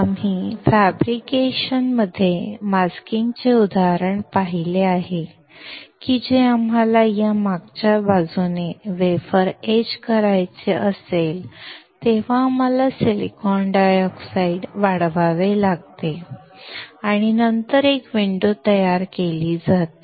आम्ही फॅब्रिकेशनमध्ये मास्किंगचे उदाहरण पाहिले आहे की जेव्हा आम्हाला मागच्या बाजूने वेफर एच करायचे असते तेव्हा आम्हाला सिलिकॉन डायऑक्साइड वाढवावे लागते आणि नंतर एक विंडो तयार केली जाते